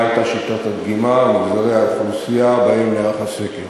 היו שיטת הדגימה ומגזרי האוכלוסייה שבהם נערך הסקר.